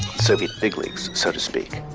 soviet big leagues so to speak.